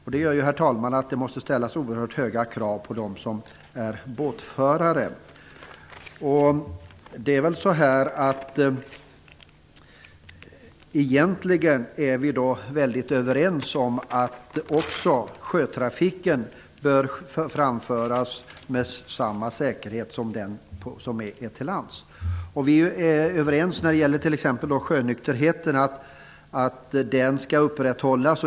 Det gör ju, herr talman, att det måste ställas höga krav på dem som är båtförare. Egentligen är vi överens om att även sjötrafiken bör framföras med samma säkerhet som trafiken till lands. Vi är överens om att sjönykterheten skall upprätthållas.